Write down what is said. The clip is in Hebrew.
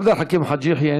עבד אל חכים חאג' יחיא,